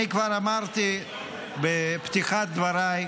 אני כבר אמרתי בפתיחת דבריי,